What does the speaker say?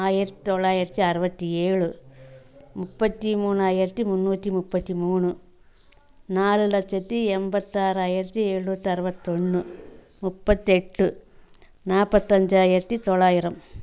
ஆயிரத்தி தொள்ளாயிரத்தி அறுபத்தி ஏழு முப்பத்தி மூணாயிரத்தி முந்நூற்றி முப்பத்தி மூணு நாலு லட்சத்தி எண்பத்தாறாயிரத்தி எழுநூற்றி அறுபத்தி ஒன்று முப்பத்தியெட்டு நாற்பத்தஞ்சாயிரத்தி தொள்ளாயிரம்